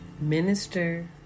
Minister